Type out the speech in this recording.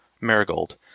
Marigold